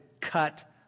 cut